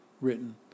written